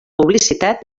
publicitat